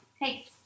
hey